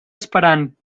esperant